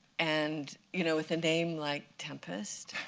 and you know with a name like tempest